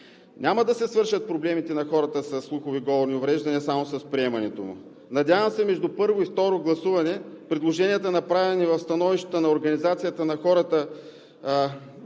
Няма да свършат проблемите на хората със слухови и говорни увреждания само с приемането му. Надявам се между първо и второ гласуване предложенията, направени в становищата на организациите на хората,